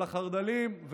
על החרד"לים,